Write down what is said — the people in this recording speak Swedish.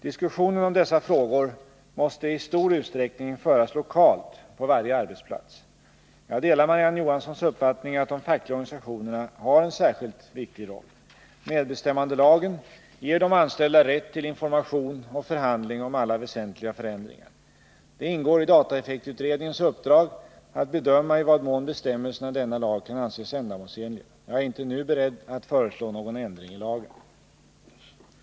Diskussionen om dessa frågor måste i stor utsträckning föras lokalt på varje arbetsplats. Jag delar Marie-Ann Johanssons uppfattning att de fackliga organisationerna har en särskilt viktig roll. Medbestämmandelagen ger de anställda rätt till information och förhandling om alla väsentliga förändringar. Det ingår i dataeffektutredningens uppdrag att bedöma i vad mån bestämmelserna i denna lag kan anses ändamålsenliga. Jag är inte nu beredd att föreslå någon ändring i lagen.